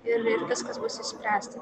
ir ir viskas bus išspręsta